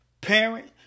Parent